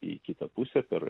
į kitą pusę per